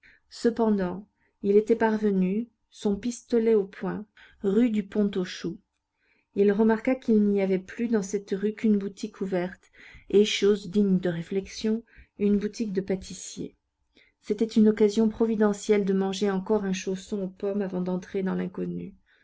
cependant il était parvenu son pistolet au poing rue du pont aux choux il remarqua qu'il n'y avait plus dans cette rue qu'une boutique ouverte et chose digne de réflexion une boutique de pâtissier c'était une occasion providentielle de manger encore un chausson aux pommes avant d'entrer dans l'inconnu